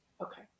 Okay